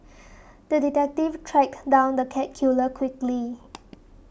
the detective tracked down the cat killer quickly